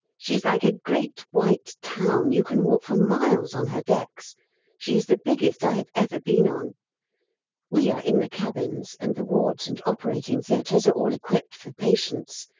she is like a great white town you can walk for miles on her decks she is the biggest i have ever been on we are in the cabins, and the wards and operating-theatres are all equipped for patients,